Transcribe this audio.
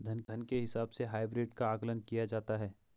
धन के हिसाब से हाइब्रिड का आकलन किया जाता है